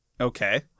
Okay